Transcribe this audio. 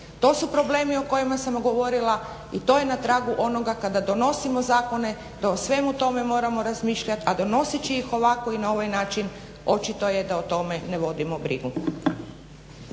To su problemi o kojima sam govorila i to je na kraju onoga kada donosimo zakone da o svemu tome moramo razmišljati, a donoseći ih ovako i na ovaj način očito je da o tome ne vodimo brigu.